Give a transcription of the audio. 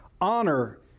Honor